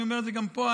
ואני אומר את זה גם פה,